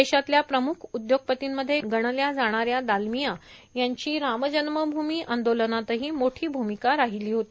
देशातल्या प्रमूख उद्योगपतींमध्ये गणल्या जाणाऱ्या दालमिया यांची राम जन्मभूमी आंदोलनातही मोठी भूमिका राहिली होती